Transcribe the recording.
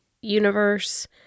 universe